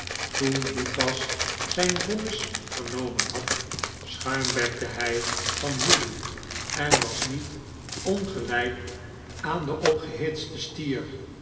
toen lukas zijn vonnis vernomen had schuimbekte hij van woede en was niet ongelijk aan den opgehitsten stier